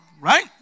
right